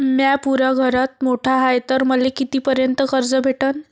म्या पुऱ्या घरात सर्वांत मोठा हाय तर मले किती पर्यंत कर्ज भेटन?